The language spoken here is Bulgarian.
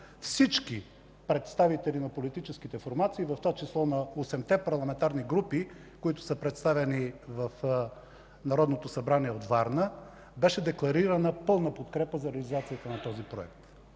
всички представители на политическите формации, в това число на осемте парламентарни групи, представени в Народното събрание от Варна, беше декларирана пълна подкрепа за реализацията на този проект.